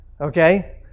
Okay